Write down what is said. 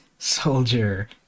Soldier